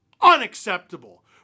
Unacceptable